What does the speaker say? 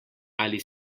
ali